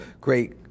great